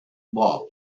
bob